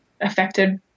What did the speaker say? affected